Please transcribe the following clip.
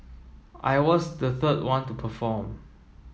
I was the third one to perform